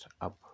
up